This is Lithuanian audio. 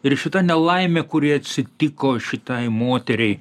ir šita nelaimė kuri atsitiko šitai moteriai